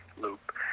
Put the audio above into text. loop